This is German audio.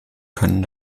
können